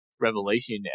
revelation